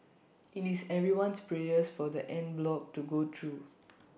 IT is everyone's prayers for the en bloc to go through